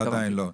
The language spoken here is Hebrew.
זה עדיין לא.